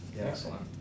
Excellent